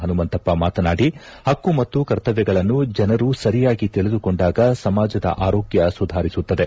ಪನುಮಂತಪ್ಪ ಮಾತನಾಡಿ ಪಕ್ಕು ಮತ್ತು ಕರ್ತವ್ಯಗಳನ್ನು ಜನರು ಸರಿಯಾಗಿ ತಿಳಿದುಕೊಂಡಾಗ ಸಮಾಜದ ಆರೋಗ್ಯ ಸುಧಾರಿಸುತ್ತದೆ